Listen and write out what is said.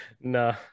no